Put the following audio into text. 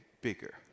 bigger